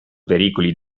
pericoli